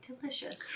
delicious